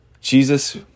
Jesus